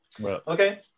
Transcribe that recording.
Okay